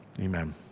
amen